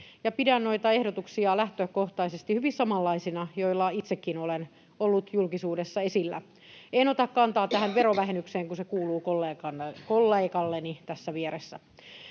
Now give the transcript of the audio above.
pidän noita ehdotuksia lähtökohtaisesti hyvin samanlaisina, joilla itsekin olen ollut julkisuudessa esillä. En ota kantaa tähän verovähennykseen, kun se kuuluu kollegalleni tässä vieressä.